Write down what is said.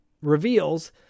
reveals